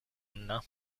anna